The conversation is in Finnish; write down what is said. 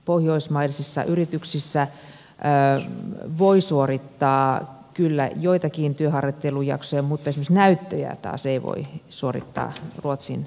pohjoismaisissa yrityksissä voi suorittaa kyllä joitakin työharjoittelujaksoja mutta esimerkiksi näyttöjä taas ei voi suorittaa ruotsin puolella